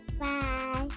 Bye